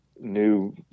new